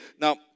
now